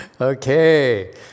Okay